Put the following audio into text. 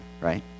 right